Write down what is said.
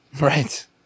Right